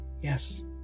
yes